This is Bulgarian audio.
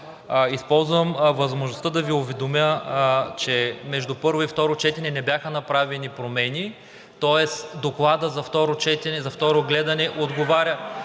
Използвам възможността да Ви уведомя, че между първо и второ четене не бяха направени промени, тоест докладът за второ четене, за второ гледане отговаря